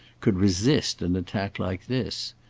could resist an attack like this?